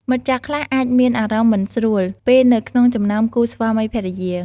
មិត្តចាស់ខ្លះអាចមានអារម្មណ៍មិនស្រួល ពេលនៅក្នុងចំណោមគូស្វាមីភរិយា។